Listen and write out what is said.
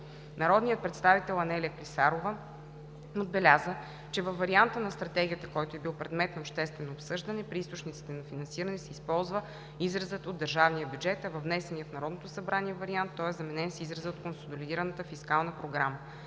Народният представител Анелия Клисарова отбеляза, че във варианта на Стратегията, който е бил предмет на обществено обсъждане, при източниците на финансиране се използва изразът „от държавния бюджет“, а във внесения в Народното събрание вариант той е заменен с израза „от консолидираната фискална програма“.